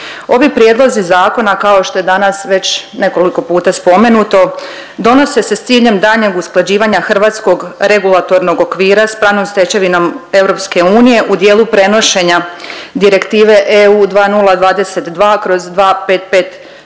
Ovi prijedlozi zakona kao što je danas već nekoliko puta spomenuto donose se s ciljem daljnjeg usklađivanje hrvatskog regulatornog okvira s pravnom stečevinom EU u dijelu prenošenja Direktive EU 2022/2556